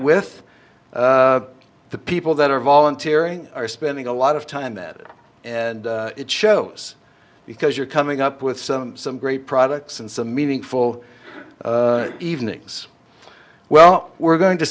with the people that are volunteering are spending a lot of time at it and it shows because you're coming up with some some great products and some meaningful evenings well we're going to